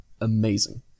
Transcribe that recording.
amazing